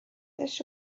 this